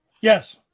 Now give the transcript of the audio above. Yes